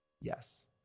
Yes